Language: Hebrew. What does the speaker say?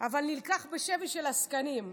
אבל נלקח בשבי של עסקנים.